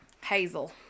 Hazel